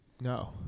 No